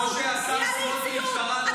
קריאה לאי-ציות.